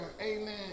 Amen